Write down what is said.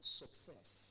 success